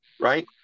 right